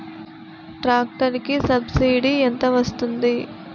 Tractor కి subsidy ఎంత వస్తుంది?